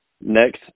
Next